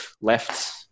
left